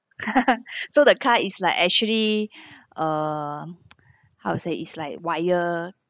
so the car is like actually err how to say is like wire